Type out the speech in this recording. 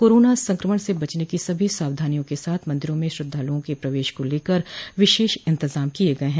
corona संक्रमण से बचने की सभी सावधानियों के साथ मन्दिरों में श्रद्वालुओं के प्रवेश को लेकर विशेष इन्तजाम किये गये हैं